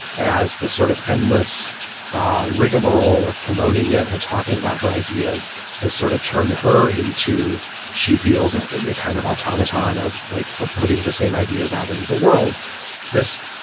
as the sort of endless ah rigmarole of promoting it and talking about her ideas has sort of turned her into she feels a yeah kind of automaton of like of putting the same ideas out into the world this.